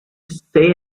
say